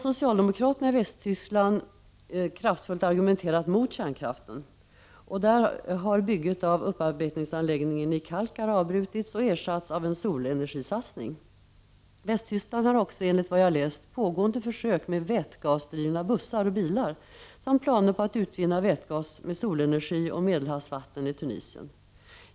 Socialdemokraterna i Västtyskland har vidare kraftfullt argumenterat mot kärnkraften, och där har bygget av upparbetningsanläggningen i Kalkar avbrutits och ersatts av en solenergisatsning. Västtyskland gör också, enligt vad jag läst, pågående försök med vätgasdrivna bussar och bilar samt har planer på att utvinna vätgas med solenergi och Medelhavsvatten i Tunisien.